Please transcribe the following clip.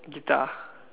guitar